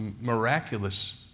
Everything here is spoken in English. miraculous